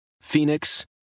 Phoenix